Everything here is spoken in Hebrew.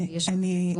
יש עוד ארגונים?